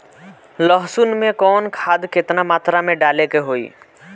लहसुन में कवन खाद केतना मात्रा में डाले के होई?